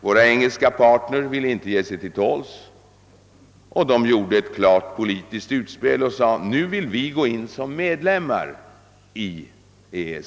Våra engelska partner ville inte ge sig till tåls, och de gjorde ett klart politiskt utspel och förklarade, att England vill inträda som medlem i EEC.